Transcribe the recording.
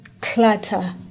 Clutter